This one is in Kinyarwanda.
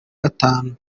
gatanu